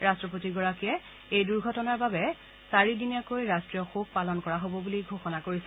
ৰাষ্ট্ৰপতিগৰাকীয়ে এই দুৰ্ঘটনাৰ বাবে চাৰিদিনীয়াকৈ ৰাষ্ট্ৰীয় শোক পালন কৰা হ'ব বুলি ঘোষণা কৰিছে